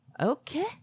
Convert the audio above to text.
Okay